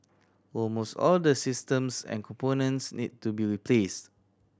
almost all the systems and components need to be replaced